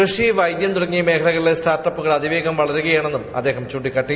കൃഷി വൈദ്യം തുടങ്ങിയ മേഖലകളിലെ സ്റ്റാർട്ടപ്പുകൾ അതിവേഗം വളരുകയാണെന്നും അദ്ദേഹം ചൂണ്ടിക്കാട്ടി